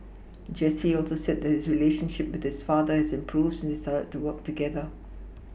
Jesse also said that his relationship with his father had improved since they started to work together